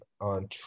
on